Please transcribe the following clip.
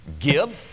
Give